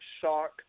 shock